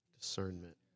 discernment